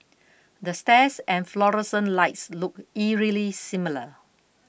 the stairs and fluorescent lights look eerily similar